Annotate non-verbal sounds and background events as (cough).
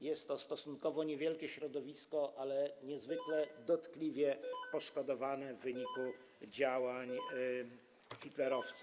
Jest to stosunkowo niewielkie środowisko, ale niezwykle (noise) dotkliwie poszkodowane w wyniku działań hitlerowców.